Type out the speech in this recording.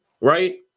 Right